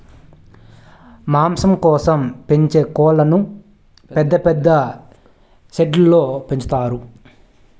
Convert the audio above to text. మాంసం కోసం పెంచే కోళ్ళను పెద్ద పెద్ద షెడ్లలో పెంచుతారు